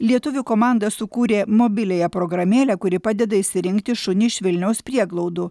lietuvių komanda sukūrė mobiliąją programėlę kuri padeda išsirinkti šunį iš vilniaus prieglaudų